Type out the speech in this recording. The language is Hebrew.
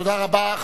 תודה רבה.